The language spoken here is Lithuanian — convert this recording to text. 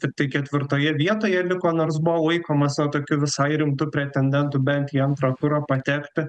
tiktai ketvirtoje vietoje liko nors buvo laikomas na tokiu visai rimtu pretendentu bent į antrą turą patekti